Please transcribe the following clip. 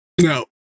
no